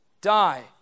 die